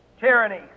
tyranny